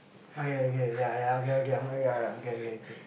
okay okay ya ya okay okay I'm okay okay okay